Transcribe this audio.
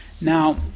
Now